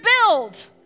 build